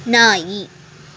ನಾಯಿ